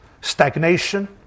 stagnation